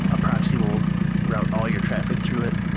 a proxy will route all your traffic through it,